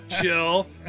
Chill